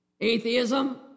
atheism